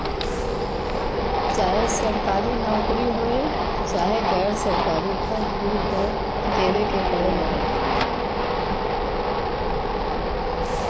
चाहे सरकारी नउकरी होये चाहे गैर सरकारी कर कुल पर देवे के पड़ला